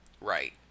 Right